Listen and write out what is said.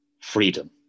freedom